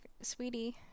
sweetie